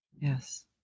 Yes